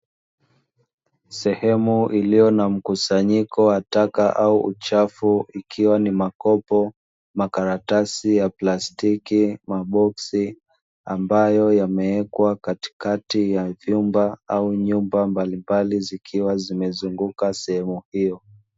Sehemu iliyo na mkusanyiko wa taka au uchafu ikiwa ni makopo, makaratasi ya plastiki, maboksi ambayo yamewekwa katikati ya vyumba au nyumba mbalimbali zikiwa zimezunguka sehemu hiyo.